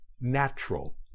natural